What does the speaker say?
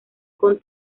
con